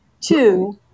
Two